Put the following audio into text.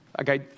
Okay